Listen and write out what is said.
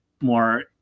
more